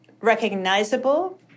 recognizable